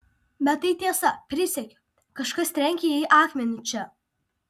bet tai tiesa prisiekiu kažkas trenkė jai akmeniu čia